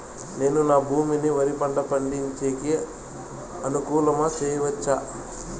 నేను నా భూమిని వరి పంట పండించేకి అనుకూలమా చేసుకోవచ్చా?